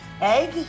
egg